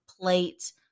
plate